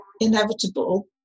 inevitable